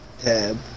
tab